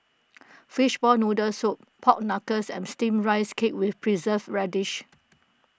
Fishball Noodle Soup Pork Knuckles and Steamed Rice Cake with Preserved Radish